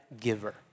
giver